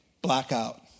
blackout